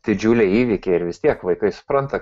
didžiuliai įvykiai ir vis tiek vaikai supranta